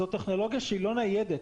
זאת טכנולוגיה שהיא לא ניידת,